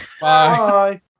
Bye